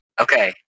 Okay